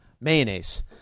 mayonnaise